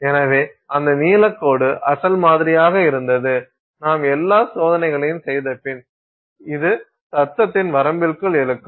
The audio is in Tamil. எனவே அந்த நீலக்கோடு அசல் மாதிரியாக இருந்தது நாம் எல்லா சோதனைகளையும் செய்தபின் இது சத்தத்தின் வரம்பிற்குள் இருக்கும்